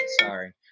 sorry